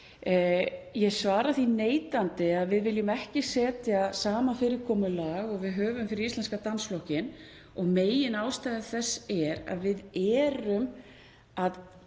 Ég svara því neitandi — við viljum ekki hafa sama fyrirkomulag og við höfum fyrir Íslenska dansflokkinn. Meginástæða þess er að við erum að